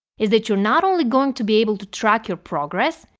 is that you're not only going to be able to track your progress,